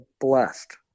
blessed